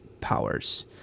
powers